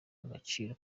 agaciro